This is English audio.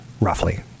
roughly